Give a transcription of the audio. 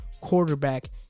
quarterback